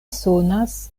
sonas